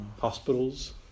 hospitals